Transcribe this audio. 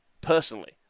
personally